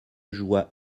joie